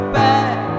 back